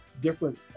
different